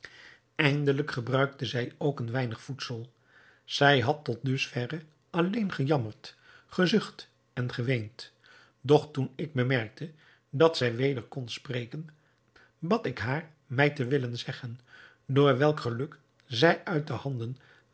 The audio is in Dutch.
eindelijk gebruikte zij ook een weinig voedsel zij had tot dus verre alleen gejammerd gezucht en geweend doch toen ik bemerkte dat zij weder kon spreken bad ik haar mij te willen zeggen door welk geluk zij uit de handen